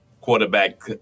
Quarterback